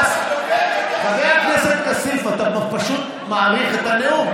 חבר הכנסת כסיף, אתה פשוט מאריך את הנאום.